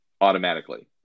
automatically